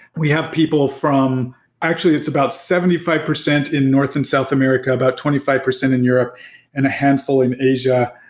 we have people from actually, it's about seventy five percent in north and south america, about twenty five percent in europe and a handful in asia,